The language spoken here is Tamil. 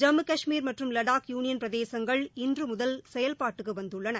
ஜம்மு கஷ்மீர் மற்றும் லடாக் யூனியன் பிரதேசங்கள் இன்றுமுதல் செயல்பாட்டுக்கு வந்துள்ளன